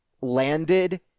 landed